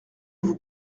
vous